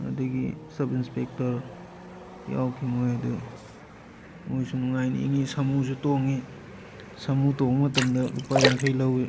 ꯑꯗꯒꯤ sub inspector ꯌꯥꯎꯈꯤ ꯃꯣꯏ ꯑꯗꯣ ꯃꯣꯏꯁꯨ ꯅꯨꯡꯉꯥꯏꯅ ꯌꯦꯡꯉꯤ ꯁꯥꯃꯨꯁꯨ ꯇꯣꯡꯉꯤ ꯁꯥꯃꯨ ꯇꯣꯡꯕ ꯃꯇꯝꯗ ꯂꯨꯄꯥ ꯌꯥꯡꯈꯩ ꯂꯧꯋꯤ